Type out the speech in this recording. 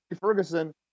Ferguson